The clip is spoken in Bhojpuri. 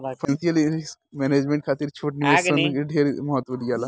फाइनेंशियल रिस्क मैनेजमेंट खातिर छोट निवेश सन के ढेर महत्व दियाला